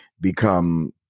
become